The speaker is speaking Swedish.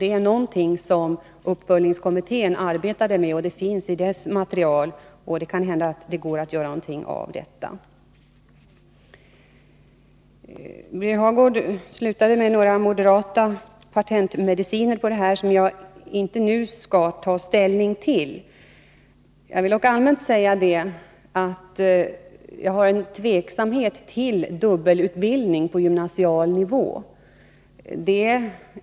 Det är någonting som uppföljningskommittén arbetade med, och det finns redovisat i dess material. Det kan hända att det går att göra någonting av detta. Birger Hagård slutade sitt inlägg med att tala om några moderata patentmediciner, som jag inte nu skall ta ställning till. Jag vill rent allmänt säga att jag känner tveksamhet inför dubbelutbildning på gymnasial nivå.